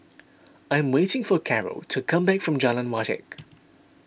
I am waiting for Caro to come back from Jalan Wajek